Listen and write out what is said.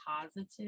positive